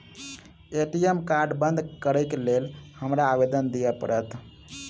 ATM card बंद करैक लेल हमरा आवेदन दिय पड़त?